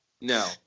No